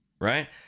right